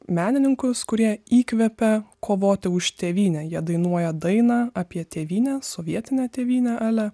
menininkus kurie įkvepia kovoti už tėvynę jie dainuoja dainą apie tėvynę sovietinę tėvynę ale